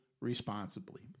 responsibly